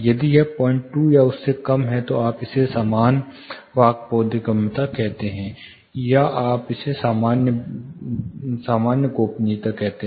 यदि यह लगभग 02 या उससे कम है तो आप इसे सामान्य वाक् बोधगम्यता कहते हैं या आपके पास सामान्य गोपनीयता है